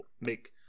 make